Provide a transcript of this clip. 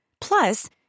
Plus